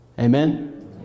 Amen